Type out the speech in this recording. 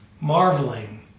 marveling